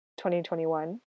2021